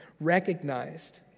Recognized